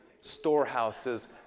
storehouse's